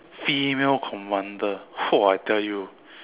female commander !wah! I tell you